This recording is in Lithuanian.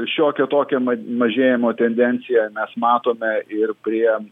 šiokią tokią mažėjimo tendenciją mes matome ir prie